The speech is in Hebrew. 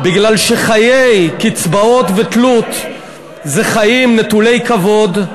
כי חיי קצבאות ותלות הם חיים נטולי כבוד,